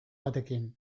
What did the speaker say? batekin